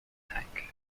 tank